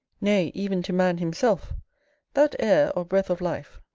nay, even to man himself that air, or breath of life,